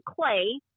clay